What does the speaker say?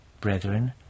Brethren